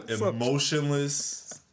emotionless